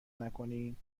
نکنین